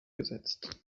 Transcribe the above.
gesetzt